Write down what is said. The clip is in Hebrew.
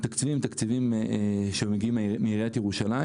התקציבים הם תקציבים שמגיעים מעיריית ירושלים.